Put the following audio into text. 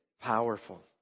powerful